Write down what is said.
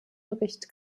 bericht